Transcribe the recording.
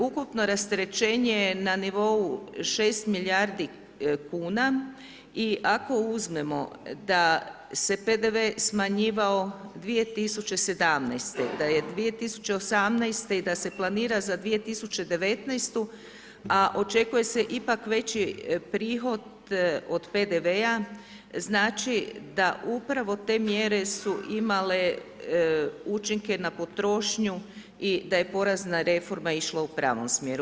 Ukupno rasterećenje je na nivou 6 milijardi kuna i ako uzmemo da se PDV smanjivao 2017. da je 2018. i da se planira za 2019. a očekuje se ipak veći prihod od PDV-a, znači da upravo te mjere su imale učinke na potrošnju i da je porezna reforma išla u pravom smjeru.